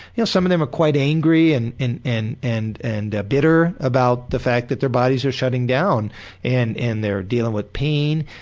you know some of them are quite angry and and and and ah bitter about the fact that their bodies are shutting down and and they're dealing with pain.